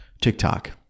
TikTok